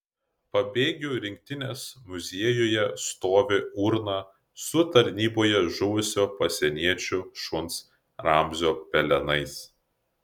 pabėgių rinktinės muziejuje stovi urna su tarnyboje žuvusio pasieniečių šuns ramzio pelenais